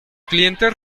clientes